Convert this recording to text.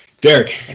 Derek